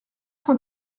cent